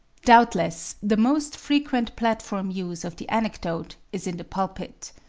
doubtless the most frequent platform use of the anecdote is in the pulpit.